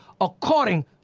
according